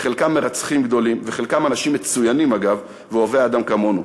חלקם מרצחים גדולים וחלקם אנשים מצוינים ואוהבי אדם כמונו.